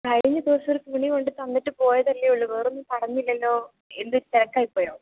കഴിഞ്ഞ ദിവസം ഒരു കിളി കൊണ്ട് തന്നിട്ട് പോയതല്ലേ ഉള്ളൂ വേറൊന്നും പറഞ്ഞില്ലല്ലോ എന്തുപറ്റി തിരക്കായിപോയോ